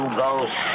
ghost